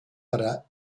para